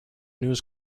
news